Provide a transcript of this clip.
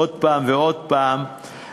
עוד פעם ועוד פעם,